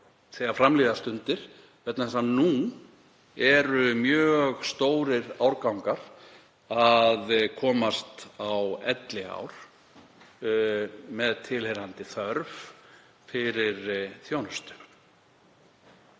þegar fram líða stundir vegna þess að nú eru mjög stórir árgangar að komast á elliár með tilheyrandi þörf fyrir þjónustu.